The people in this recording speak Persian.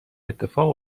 اتفاق